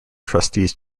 trustees